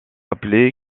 appelé